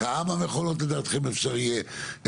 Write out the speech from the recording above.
כמה מכולות לדעתכם אפשר יהיה להכניס,